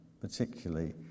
particularly